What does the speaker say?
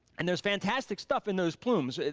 and there's fantastic stuff in those plumes.